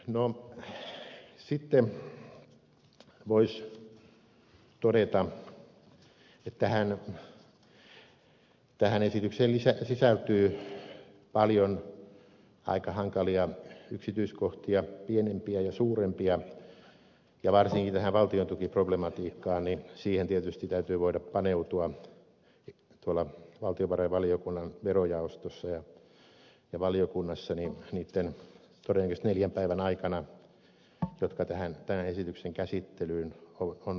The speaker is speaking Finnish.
sitten voisi todeta että tähän esitykseen sisältyy paljon aika hankalia yksityiskohtia pienempiä ja suurempia ja varsinkin tähän valtiontukiproblematiikkaan tietysti täytyy voida paneutua valtiovarainvaliokunnan verojaostossa ja valiokunnassa niitten todennäköisesti neljän päivän aikana jotka tämän esityksen käsittelyyn on tarjolla